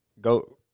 go